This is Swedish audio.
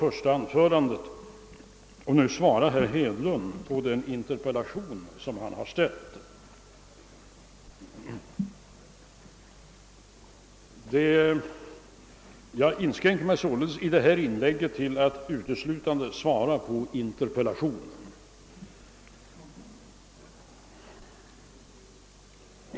Jag skall emellertid gärna gottgöra denna underlåtenhet i mitt första anförande, och jag inskränker mig således i detta inlägg till att svara på herr Hedlunds interpellation.